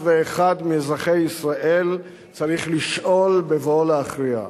ואחד מאזרחי ישראל צריך לשאול בבואו להכריע: